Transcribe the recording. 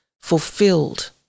fulfilled